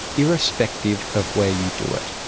irrespective of where you do it.